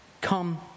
come